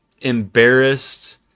embarrassed